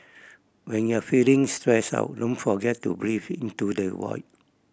when you are feeling stressed out don't forget to breathe into the void